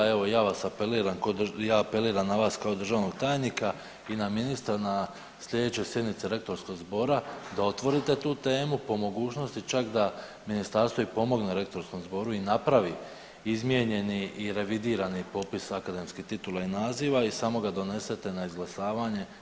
Evo ja apeliram na vas kao državnog tajnika i na ministra na sljedećoj sjednici Rektorskog zbora da otvorite tu temu, po mogućnosti čak da ministarstvo i pomogne Rektorskom zboru i napravi izmijenjeni i revidirani popis akademskih titula i naziva i samo ga donesete na izglasavanje.